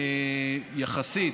יחסית,